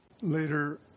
later